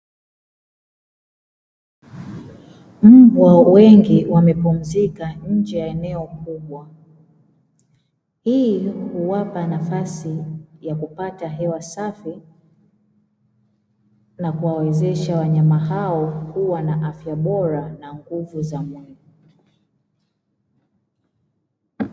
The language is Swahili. Mbwa wengi wamepumzika nje ya eneo kubwa, ili kuwapa nafasi ya kupata hewa safi na kuwawezesha wanyama hao kuwa na afya bora na nguvu za mwili.